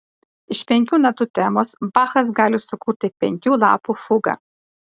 iš penkių natų temos bachas gali sukurti penkių lapų fugą